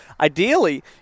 Ideally